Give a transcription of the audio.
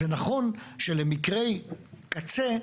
זה נכון שלמקרי קצה,